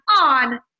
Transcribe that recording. on